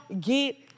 get